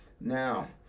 Now